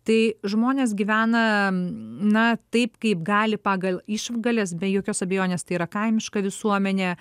tai žmonės gyvena na taip kaip gali pagal išgales be jokios abejonės tai yra kaimiška visuomenė